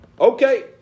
Okay